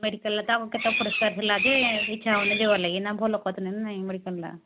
medical ତ କେତେ ଅପରିଷ୍କାର ଥିଲା ଯେ ଇଚ୍ଛା ହେଉନି ଯିିବାର ଲାଗି ଏଇନା ଭଲ କହୁଛନ୍ତି ନା ନାଇଁ ମେଡ଼ିକାଲ୍